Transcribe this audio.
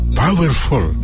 powerful